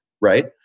Right